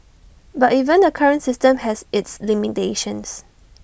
but even the current system has its limitations